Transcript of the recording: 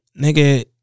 Nigga